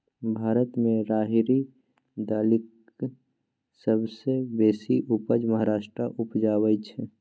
भारत मे राहरि दालिक सबसँ बेसी उपजा महाराष्ट्र उपजाबै छै